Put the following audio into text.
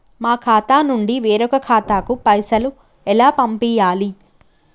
మా ఖాతా నుండి వేరొక ఖాతాకు పైసలు ఎలా పంపియ్యాలి?